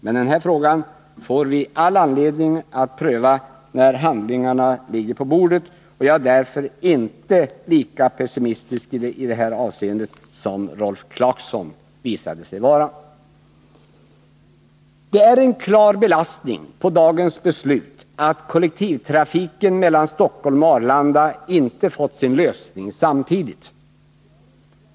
Men den här frågan får vi all anledning att pröva när handlingarna ligger på bordet, och jag är därför inte lika pessimistisk i det här avseendet som Rolf Clarkson visade sig vara. Det är en klar belastning på dagens beslut att frågan om kollektivtrafiken mellan Stockholm och Arlanda inte fått sin lösning samtidigt.